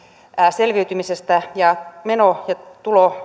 selviytymistä ja meno ja